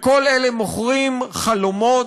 לכל אלה מוכרים חלומות,